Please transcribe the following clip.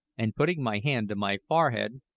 and putting my hand to my forehead,